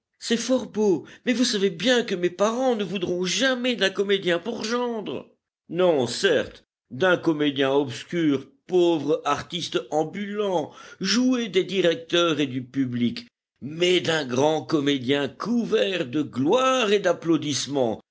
c'est fort beau mais vous savez bien que mes parents ne voudront jamais d'un comédien pour gendre non certes d'un comédien obscur pauvre artiste ambulant jouet des directeurs et du public mais d'un grand comédien couvert de gloire et d'applaudissements